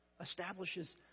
establishes